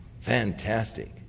fantastic